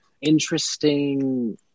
interesting